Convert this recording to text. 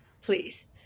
please